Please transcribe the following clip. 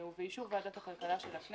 ועדת הכלכלה.